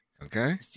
Okay